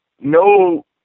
no